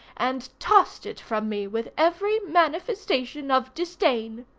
and tossed it from me with every manifestation of disdain.